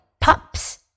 pups